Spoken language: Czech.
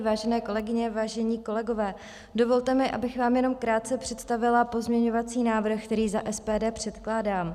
Vážené kolegyně, vážení kolegové, dovolte mi, abych vám jenom krátce představila pozměňovací návrh, který za SPD předkládám.